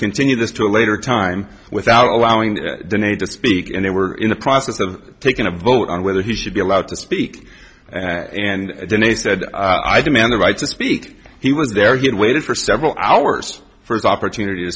continue this to a later time without allowing the need to speak and they were in the process of taking a vote on whether he should be allowed to speak and then they said i demand the right to speak he was there he had waited for several hours for his opportunity to